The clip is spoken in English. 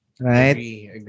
Right